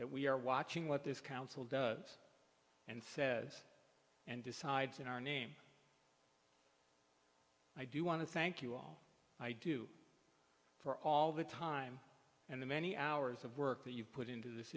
that we are watching what this council does and says and decides in our name i do want to thank you all i do for all the time and the many hours of work that you put into this